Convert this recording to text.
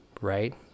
right